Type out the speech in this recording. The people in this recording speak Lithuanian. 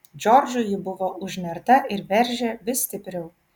džordžui ji buvo užnerta ir veržė vis stipriau